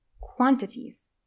Quantities